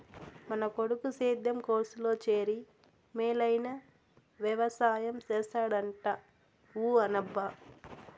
మన కొడుకు సేద్యం కోర్సులో చేరి మేలైన వెవసాయం చేస్తాడంట ఊ అనబ్బా